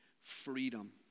freedom